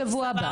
בשבוע הבא.